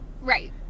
Right